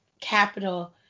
Capital